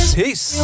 peace